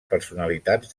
personalitats